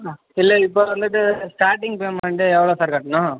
ஆ இல்லல்லை இப்போ வந்துட்டு ஸ்டார்ட்டிங் பேமேண்ட்டு எவ்வளோ சார் கட்டணும்